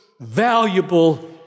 valuable